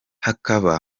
hakaba